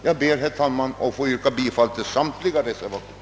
Jag ber att få yrka bifall till samtliga reservationer.